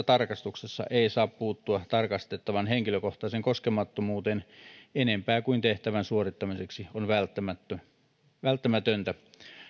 tarkastuksessa ei saa puuttua tarkastettavan henkilökohtaiseen koskemattomuuteen enempää kuin tehtävän suorittamiseksi on välttämätöntä